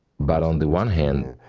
but on the one hand,